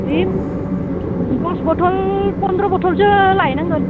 ओइ दस बथल पन्द्र' बथलसो लायनांगोन